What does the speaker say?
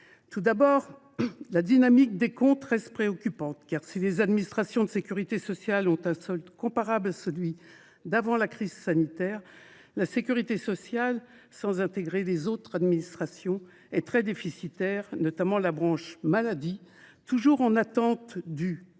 Tout d’abord, la dynamique des comptes reste préoccupante, car, si le solde des administrations de sécurité sociale est comparable à celui d’avant la crise sanitaire, la sécurité sociale, sans intégrer les autres administrations, est très déficitaire, en particulier la branche maladie, qui est toujours en attente du